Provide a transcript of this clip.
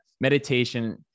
meditation